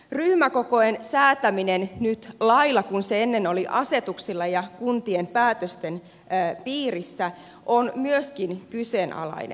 ryhmäkokojen säätäminen nyt lailla kun se ennen oli asetuksilla ja kuntien päätösten piirissä on myöskin kyseenalainen